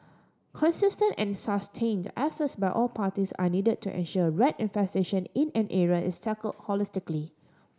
consistent and sustained efforts by all parties are need to ensure rat infestation in an area is tackle holistically